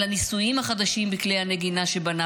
על הניסויים החדשים בכלי הנגינה שבנה